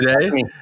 today